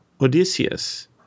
Odysseus